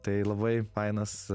tai labai fainas